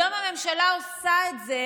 היום הממשלה עושה את זה